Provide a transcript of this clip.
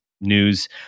news